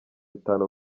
itanu